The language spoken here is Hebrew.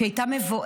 שהיא הייתה מבוהלת,